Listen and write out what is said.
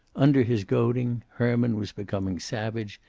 under his goading, herman was becoming savage,